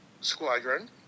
squadron